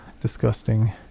disgusting